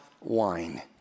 wine